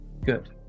Good